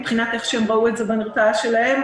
מבחינת איך שהם ראו את זה במרפאה שלהם,